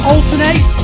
Alternate